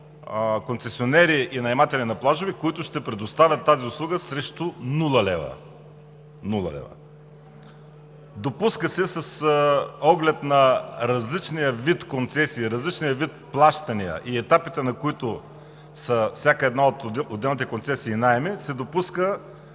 концесионери и наематели на плажове, които ще предоставят тази услуга срещу нула лева. Нула лева! С оглед на различния вид концесия, различния вид плащания и етапите, на които за всяка една от отделните концесии и наеми се допуска